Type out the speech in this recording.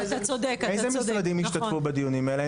אילו משרדים השתתפו בדיונים האלה?